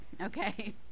Okay